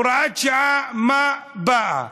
הוראת שעה, למה באה?